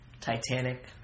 Titanic